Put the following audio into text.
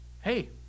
hey